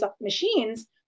machines